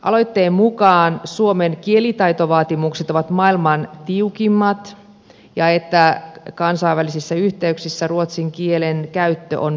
aloitteen mukaan suomen kielitaitovaatimukset ovat maailman tiukimmat ja kansainvälisissä yhteyksissä ruotsin kielen käyttö on vähäistä